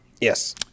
Yes